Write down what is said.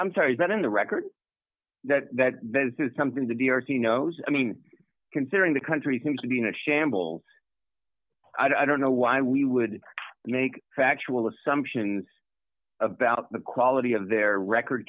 i'm sorry but on the record that this is something to be already knows i mean considering the country seems to be in a shambles i don't know why we would make factual assumptions about the quality of their record